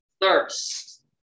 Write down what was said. Thirst